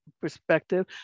perspective